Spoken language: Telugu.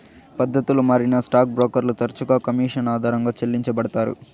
పద్దతులు మారినా స్టాక్ బ్రోకర్లు తరచుగా కమిషన్ ఆధారంగా చెల్లించబడతారు